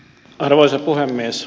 arvoisa puhemies